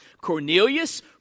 Cornelius